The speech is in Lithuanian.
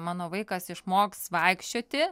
mano vaikas išmoks vaikščioti